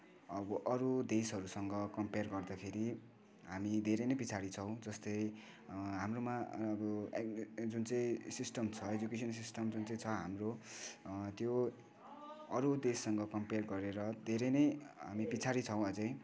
अब अरू देशहरूसँग कम्पेयर गर्दाखेरि हामी धेरै नै पछाडि छौँ जस्तै हाम्रोमा अब जुन चाहिँ सिस्टम छ एजुकेसन सिस्टम जुन चाहिँ छ हाम्रो त्यो अरू देशसँग कम्पेयर गरेर धेरै नै हामी पछाडि छौँ अझै